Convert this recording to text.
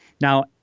Now